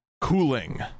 Cooling